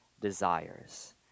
desires